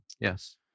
Yes